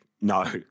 no